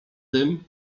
tym